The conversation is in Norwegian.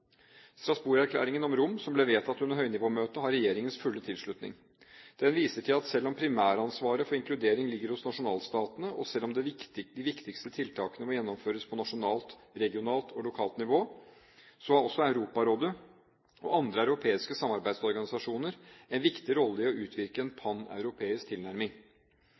om romfolket, som ble vedtatt under høynivåmøtet, har regjeringens fulle tilslutning. Den viser til at selv om primæransvaret for inkludering ligger hos nasjonalstatene, og selv om de viktigste tiltakene må gjennomføres på nasjonalt, regionalt og lokalt nivå, så har også Europarådet og andre europeiske samarbeidsorganisasjoner en viktig rolle i å utvirke en paneuropeisk tilnærming.